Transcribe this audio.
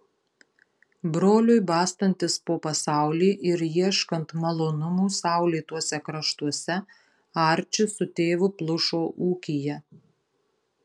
broliui bastantis po pasaulį ir ieškant malonumų saulėtuose kraštuose arčis su tėvu plušo ūkyje